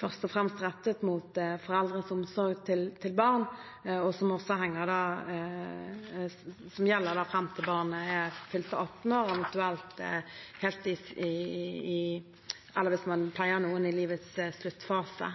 først og fremst rettet mot foreldre med omsorg for barn, og som gjelder fram til barnet er fylt 18 år, eller hvis man pleier noen i livets sluttfase.